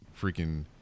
freaking